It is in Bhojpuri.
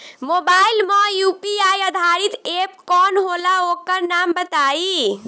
मोबाइल म यू.पी.आई आधारित एप कौन होला ओकर नाम बताईं?